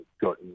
got